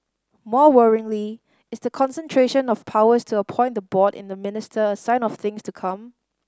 more worryingly is the concentration of powers to appoint the board in the minister a sign of things to come